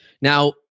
Now